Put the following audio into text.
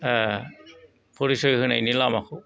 परिसय होनायनि लामाखौ